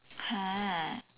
!huh!